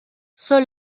son